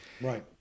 Right